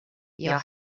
your